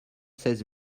seize